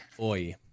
Oi